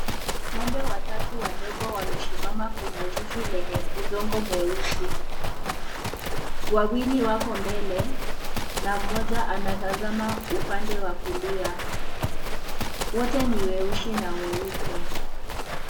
Ng'ombe watatu wadogo wamesimama kwenye zizi lenye udongo mweusi. Wawili wako mbele na mmoja anatazama upande wa kulia. Wote ni weusi na weupe.